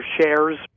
shares